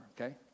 okay